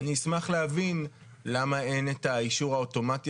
ואני אשמח להבין למה אין את האישור האוטומטי